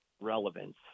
relevance